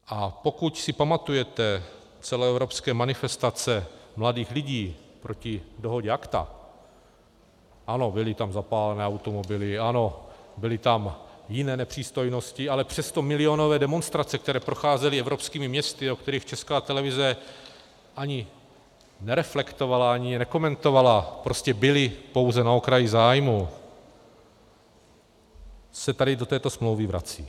A pokud si pamatujete celoevropské manifestace mladých lidí proti dohodě ACTA, ano, byly tam zapálené automobily, ano, byly tam jiné nepřístojnosti, ale přesto milionové demonstrace, které procházely evropskými městy, o kterých Česká televize ani nereflektovala, ani je nekomentovala, prostě byly pouze na okraji zájmu, se tady do této smlouvy vrací.